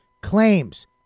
claims